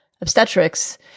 obstetrics